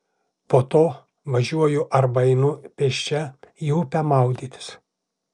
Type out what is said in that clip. po to važiuoju arba einu pėsčia į upę maudytis